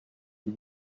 who